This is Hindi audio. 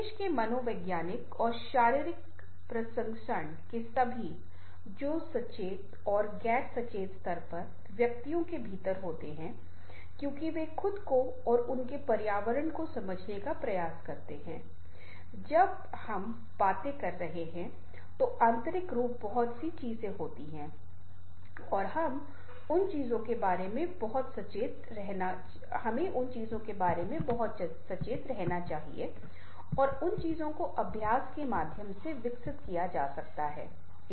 संदेश के मनोवैज्ञानिक और शारीरिक प्रसंस्करण के सभी जो सचेत और गैर सचेत स्तर पर व्यक्तियों के भीतर होते हैं क्योंकि वे खुद को और उनके पर्यावरण को समझने का प्रयास करते हैं जब हम बातें कर रहे हैं तो आंतरिक रूप बहुत सी चीजों होती है और हम उन चीजों के बारे में बहुत सचेत रहना चाहिए और इन चीजों को अभ्यास के माध्यम से विकसित किया जा सकता है